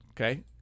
Okay